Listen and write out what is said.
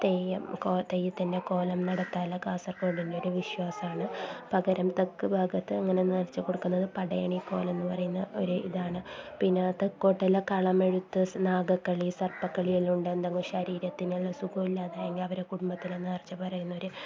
തെയ്യം കോ തെയ്യത്തിൻ്റെ കോലം നടത്തുക അല്ലെ കാസർഗോഡിൻ്റെ ഒരു വിശ്വാസമാണ് പകരം തെക്ക് ഭാഗത്ത് അങ്ങനെ നേർച്ച കൊടുക്കുന്നത് പടയണിക്കോലം എന്ന് പറയുന്ന ഒരു ഇതാണ് പിന്നെ തെക്കോട്ടെല്ലാം കളമെഴുത്ത് സ് നാഗക്കളി സർപ്പക്കളി എല്ലാം ഉണ്ട് എന്തെങ്കിലും ശരീരത്തിനെല്ലാം സുഖമില്ലാതായെങ്കില് അവരുടെ കുടുംബത്തില് നേർച്ച പറയുന്നവര്